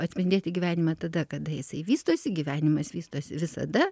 atspindėti gyvenimą tada kada jisai vystosi gyvenimas vystosi visada